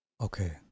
Okay